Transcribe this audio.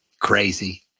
crazy